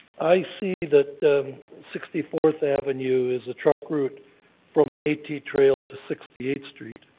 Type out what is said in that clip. i see that sixty fourth avenue is a truck route from metis trail to sixty eighth street.